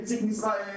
נציג משרד החינוך.